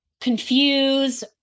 confuse